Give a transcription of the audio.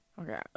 Okay